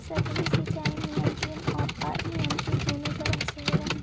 सतही सिंचाई नियंत्रित आउ अनियंत्रित दुनों तरह से होवऽ हइ